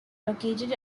located